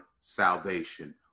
salvation